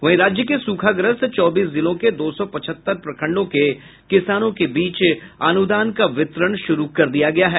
वहीं राज्य के सूखाग्रस्त चौबीस जिलों के दो सौ पचहत्तर प्रखंडों के किसानों के बीच अनुदान का वितरण शुरू कर दिया गया है